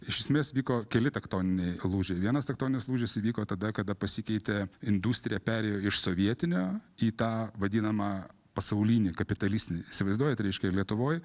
iš esmės vyko keli tektoniniai lūžiai vienas tektoninis lūžis įvyko tada kada pasikeitė industrija perėjo iš sovietinio į tą vadinamą pasaulinį kapitalistinį įsivaizduojat reiškia lietuvoj